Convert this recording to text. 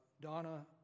Donna